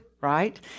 right